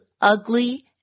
ugly